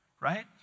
right